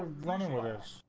running well as